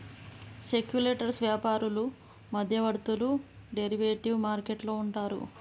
speculators వ్యాపారులు మధ్యవర్తులు derivative market లో ఉంటారు